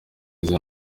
nziza